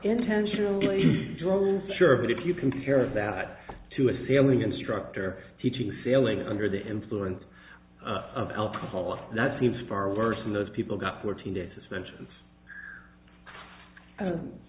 intentionally draws sure but if you compare that to a sailing instructor teaching sailing under the influence of alcohol that seems far worse than those people got fourteen days suspension